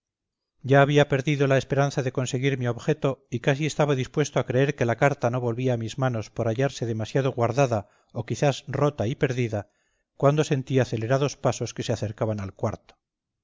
ya había perdido la esperanza de conseguir mi objeto y casi estaba dispuesto a creer que la carta no volvía a mis manos por hallarse demasiado guardada o quizás rota y perdida cuando sentí acelerados pasos que se acercaban al cuarto